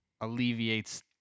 alleviates